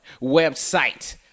website